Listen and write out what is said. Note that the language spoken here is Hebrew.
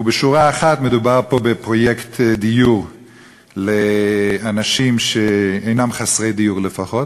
ובשורה אחת: מדובר פה בפרויקט דיור לאנשים שאינם חסרי דיור לפחות,